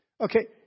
Okay